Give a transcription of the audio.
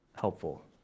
helpful